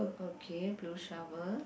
okay blue shower